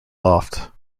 loft